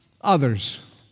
others